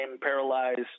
paralyzed